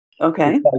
Okay